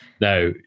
now